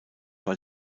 war